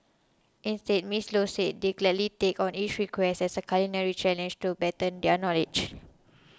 instead Ms Low said they gladly take on each request as a culinary challenge to better their knowledge